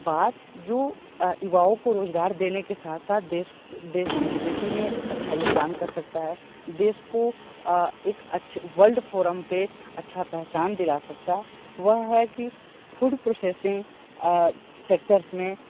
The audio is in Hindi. बात जो युवाओं को रोजगार देने के साथ साथ देश देश की जी डी पी में एक अच्छा योगदान कर सकता है देश को एक अच्छे वर्ल्ड फॉरम पर अच्छा पहचान दिला सकता वह है की फूड प्रोसेसिंग सेक्टर्स में